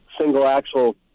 single-axle